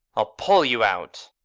i'll pull you out,